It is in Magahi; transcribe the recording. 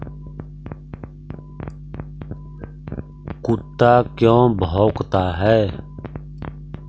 कुत्ता क्यों भौंकता है?